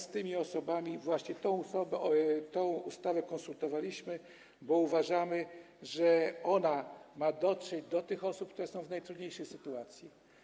Z tymi osobami tę ustawę konsultowaliśmy, bo uważamy że ona ma dotrzeć do tych osób, które są w najtrudniejszej sytuacji.